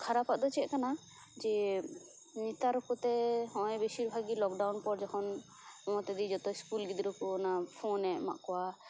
ᱠᱷᱟᱨᱟᱯᱟᱜ ᱫᱚ ᱪᱮᱫ ᱠᱟᱱᱟ ᱡᱮ ᱱᱮᱛᱟᱨ ᱠᱚᱛᱮ ᱦᱚᱜᱼᱚᱭ ᱵᱤᱥᱤᱨ ᱵᱷᱟᱜᱽ ᱜᱮ ᱞᱚᱠᱰᱟᱣᱩᱱ ᱯᱚᱨ ᱡᱚᱠᱷᱚᱱ ᱢᱚᱢᱚᱛᱟ ᱫᱤ ᱡᱚᱛᱚ ᱤᱥᱠᱩᱞ ᱜᱤᱫᱽᱨᱟᱹ ᱠᱚ ᱚᱱᱟ ᱯᱷᱳᱱᱮ ᱮᱢᱟᱫ ᱠᱚᱣᱟ